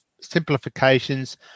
simplifications